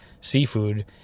seafood